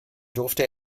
durfte